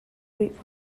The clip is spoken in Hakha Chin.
rih